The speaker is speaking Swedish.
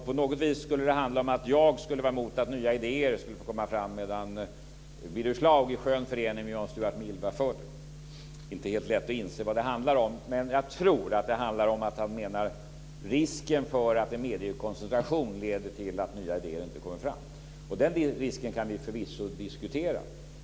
På något vis skulle det handla om att jag skulle vara mot att nya idéer skulle komma fram, medan Birger Schlaug i skön förening med John Stuart Mill var för det. Det är inte lätt att inse vad det handlar om, men jag tror att det handlar om att han åsyftar risken för att en mediekoncentration leder till att nya idéer inte kommer fram. Den risken kan vi förvisso diskutera.